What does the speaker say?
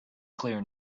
clear